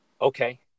Okay